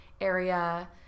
area